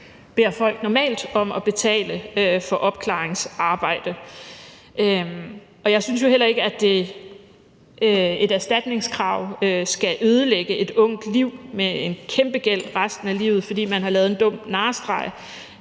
man ikke folk om at betale for opklaringsarbejdet. Jeg synes jo heller ikke, at et erstatningskrav skal ødelægge et ungt liv, ved at man bliver pålagt en kæmpe gæld, fordi man har lavet en dum narrestreg,